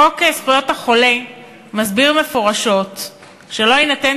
חוק זכויות החולה מסביר מפורשות שלא יינתן